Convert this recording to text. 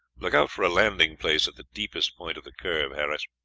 look out for a landing place at the deepest point of the curve, harris.